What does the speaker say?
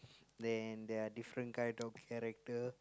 then there are different kind of character